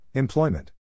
Employment